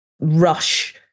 rush